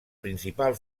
principal